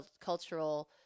cultural